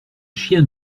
chiens